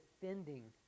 defending